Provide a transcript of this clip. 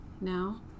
now